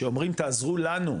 שאומרים תעזרו לנו,